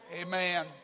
Amen